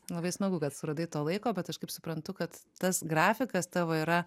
labai smagu kad suradai to laiko bet aš kaip suprantu kad tas grafikas tavo yra